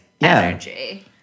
energy